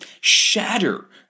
shatter